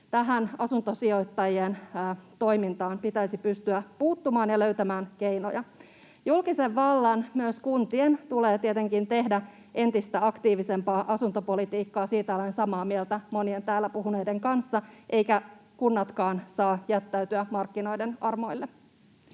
Tähän asuntosijoittajien toimintaan pitäisi pystyä puuttumaan ja löytämään keinoja. Julkisen vallan, myös kuntien, tulee tietenkin tehdä entistä aktiivisempaa asuntopolitiikkaa — siitä olen samaa mieltä monien täällä puhuneiden kanssa — eivätkä kunnatkaan saa jättäytyä markkinoiden armoille.